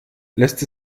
lässt